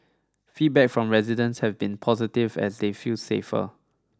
feedback from residents have been positive as they feel safer